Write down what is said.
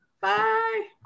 bye